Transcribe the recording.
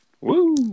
Woo